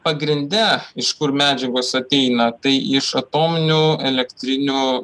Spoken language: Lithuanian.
pagrinde iš kur medžiagos ateina tai iš atominių elektrinių